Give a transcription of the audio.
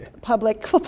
public